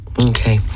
Okay